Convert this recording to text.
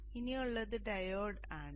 ഇനിയുള്ളത് ഡയോഡ് ആണ്